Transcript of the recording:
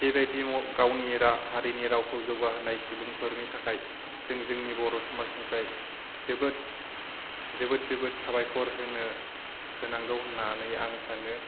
बेबायदि गावनि राव हारिनि रावखौ जौगाहोनाय सुबुंफोरनि थाखाय जों जोंनि बर' समाजनिफ्राय जोबोद जोबोद जोबोद साबायखर होनो होनांगौ होननानै आं सानो